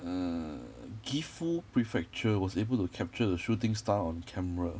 err gifu prefecture was able to capture the shooting star on camera